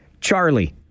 charlie